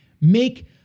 Make